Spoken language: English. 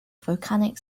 volcanic